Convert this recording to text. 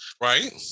Right